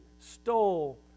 stole